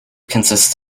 consists